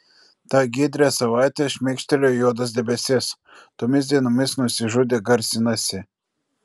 tą giedrią savaitę šmėkštelėjo juodas debesis tomis dienomis nusižudė garsinasi